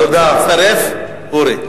אתה רוצה להצטרף, אורי?